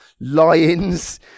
lions